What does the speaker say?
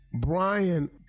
Brian